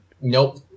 Nope